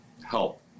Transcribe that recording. help